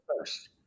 first